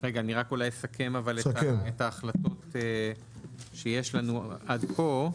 אני אולי אסכם את ההחלטות שיש לנו עד כה.